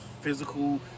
physical